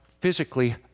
physically